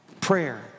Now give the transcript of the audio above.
prayer